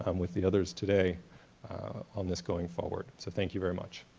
um with the others today on this going forward. so thank you very much.